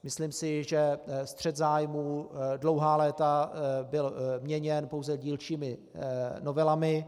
Myslím si, že střet zájmů byl dlouhá léta měněn pouze dílčími novelami.